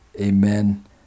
Amen